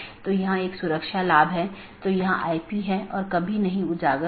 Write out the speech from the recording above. तो AS1 में विन्यास के लिए बाहरी 1 या 2 प्रकार की चीजें और दो बाहरी साथी हो सकते हैं